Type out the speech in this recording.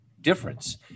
difference